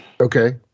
Okay